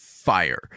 fire